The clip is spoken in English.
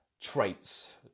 traits